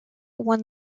won